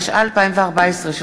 התשע"ה 2014,